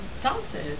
Thompson